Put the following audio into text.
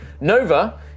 Nova